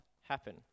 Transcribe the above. happen